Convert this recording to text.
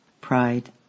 pride